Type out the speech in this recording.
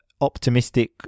optimistic